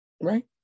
right